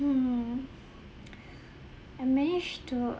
mm I managed to